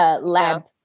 lab